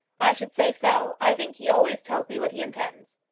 i should say so. i think he always tells me what he intends.